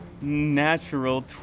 Natural